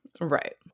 Right